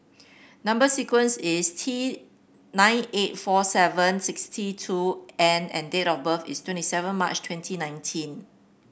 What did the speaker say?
number sequence is T nine eight four seven sixty two N and date of birth is twenty seven March twenty nineteen